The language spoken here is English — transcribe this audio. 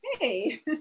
Hey